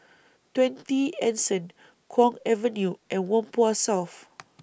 twenty Anson Kwong Avenue and Whampoa South